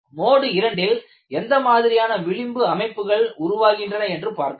mode 2 ல் எந்த மாதிரியான விளிம்பு அமைப்புகள் உருவாகின்றன என்று பார்க்கலாம்